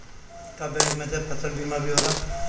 का बैंक में से फसल बीमा भी होला?